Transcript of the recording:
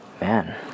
man